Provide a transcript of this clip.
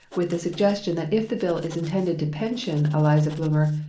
with the suggestion that if the bill is intended to pension eliza blumer,